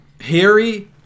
Harry